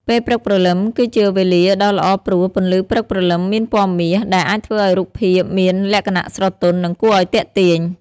ពេលព្រឹកព្រលឹមគឺជាវេលាដ៏ល្អព្រោះ ពន្លឺព្រឹកព្រលឹមមានពណ៌មាស ដែលអាចធ្វើឲ្យរូបភាពមានលក្ខណៈស្រទន់ និងគួរឲ្យទាក់ទាញ។